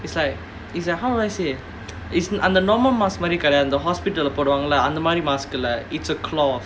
it's like it's how do I say it's அந்த:antha normal mask மாறி கிடையாது:maari kidaiyaathu the hospital அந்த மாறி:antha maari mask இல்ல:illa it's a cloth